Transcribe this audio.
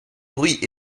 bruit